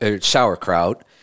sauerkraut